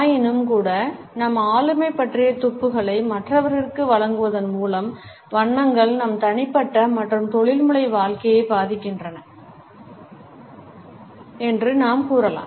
ஆயினும்கூட நம் ஆளுமை பற்றிய துப்புகளை மற்றவர்களுக்கு வழங்குவதன் மூலம் வண்ணங்கள் நம் தனிப்பட்ட மற்றும் தொழில்முறை வாழ்க்கையை பாதிக்கின்றன என்று நாம் கூறலாம்